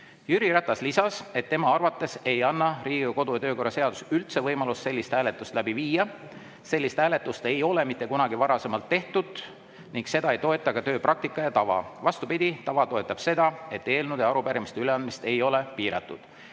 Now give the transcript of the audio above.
Jüri Ratas lisas, et tema arvates ei anna Riigikogu kodu- ja töökorra seadus üldse võimalust sellist hääletust läbi viia. Sellist hääletust ei ole varem mitte kunagi tehtud ning seda ei toeta ka tööpraktika ja tava. Vastupidi, tava toetab seda, et eelnõude ja arupärimiste üleandmine ei ole piiratud.